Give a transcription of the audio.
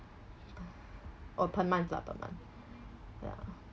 oh per month lah per month ya